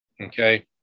Okay